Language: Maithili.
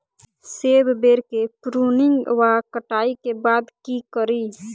सेब बेर केँ प्रूनिंग वा कटाई केँ बाद की करि?